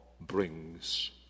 brings